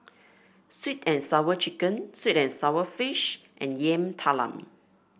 sweet and Sour Chicken sweet and sour fish and Yam Talam